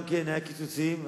גם היו קיצוצים,